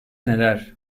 neler